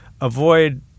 avoid